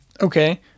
okay